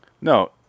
No